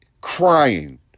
crying